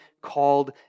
called